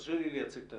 תרשה לי לייצג.